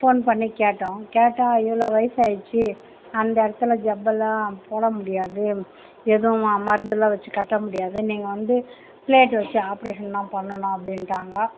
phone பண்ணி கேட்டோம் கேட்டால் இவ்வளோ வயிசாயிடுச்சி அந்த இடத்துல ஜப்பலாம் போடமுடியாது எதுவும் மருந்துலாம் வச்சு கட்டமுடியாது நீங்கள் வந்து ப்ளேட்டு வச்சு ஆப்ரேஷன்தான் பண்ணணும் அப்டின்ட்டாங்க